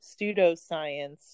pseudoscience